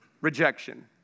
Rejection